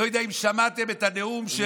אני לא יודע אם שמעתם את הנאום של